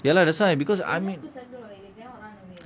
ya lah that's why because I